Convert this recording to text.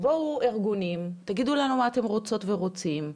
בואו ארגונים, תגידו לנו מה אתם רוצות ורוצים,